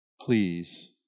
Please